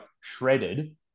shredded